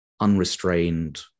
unrestrained